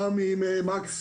גם עם מקס